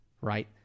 right